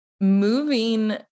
moving